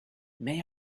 may